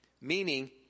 Meaning